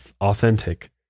authentic